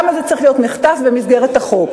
למה זה צריך להיות מחטף במסגרת החוק.